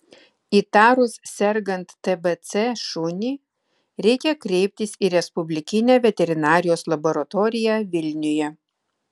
įtarus sergant tbc šunį reikia kreiptis į respublikinę veterinarijos laboratoriją vilniuje